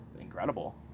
incredible